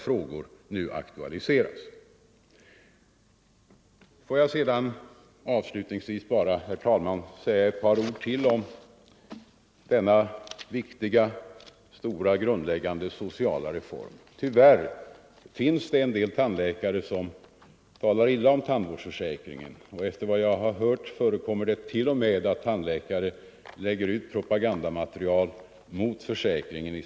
Får jag bara sedan, herr talman, avslutningsvis säga ett par ord om denna stora, viktiga och grundläggande sociala reform. Tyvärr finns det en del tandläkare som talar illa om tandvårdsförsäkringen. Efter vad jag har hört förekommer det t.o.m. att tandläkare i sina mottagningsrum lägger ut propagandamaterial mot försäkringen.